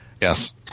yes